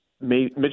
Mitch